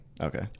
okay